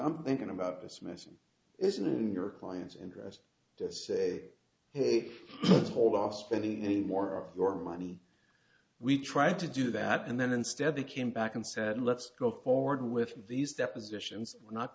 i'm thinking about this mission isn't in your client's interest to say hey hold off spending any more of your money we tried to do that and then instead they came back and said let's go forward with these depositions not